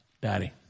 Daddy